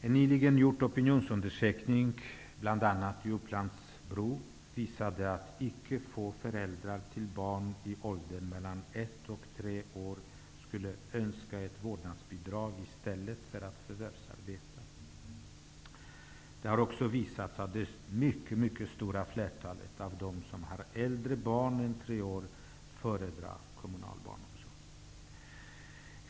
En nyligen gjord opinionsundersökning, bl.a. i Upplands Bro, visade att icke få föräldrar till barn i åldrarna ett-- tre år skulle önska ett vårdnadsbidrag i stället för att förvärvsarbeta. Det har också visat sig att det mycket mycket stora flertalet av de som har barn som är äldre än tre år föredrar kommunal barnomsorg.